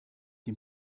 dem